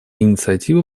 инициатива